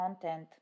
content